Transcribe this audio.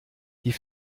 die